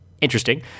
interesting